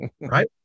right